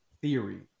theory